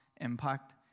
impact